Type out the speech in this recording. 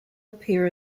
appear